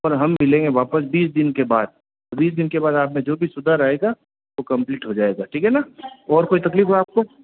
और हम मिलेंगे वापस बीस दिन के बाद बीस दिन के बाद आप में जो भी सुधार आएगा वो कंप्लीट हो जाएगा ठीक है ना और कोई तकलीफ हो आपको